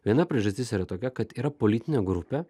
viena priežastis yra tokia kad yra politinė grupė